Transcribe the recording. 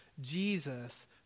Jesus